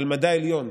על מדע עליון,